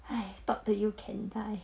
talk to you can die